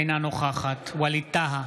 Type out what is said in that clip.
אינה נוכחת ווליד טאהא,